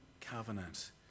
covenant